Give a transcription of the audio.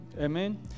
Amen